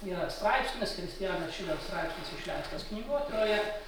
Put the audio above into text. yra straipsnis christianės šiler straipsnis išleistas knygotyroje